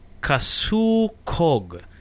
Kasukog